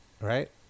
right